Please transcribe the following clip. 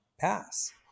pass